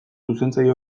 zuzentzaile